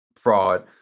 fraud